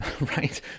right